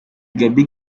gaby